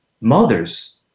mothers